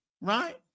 Right